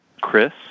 Chris